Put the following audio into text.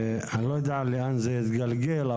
אני לא יודע לאן זה יתגלגל,